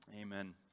Amen